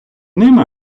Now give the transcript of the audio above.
ними